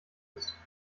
ist